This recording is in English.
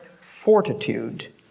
fortitude